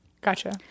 gotcha